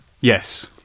Yes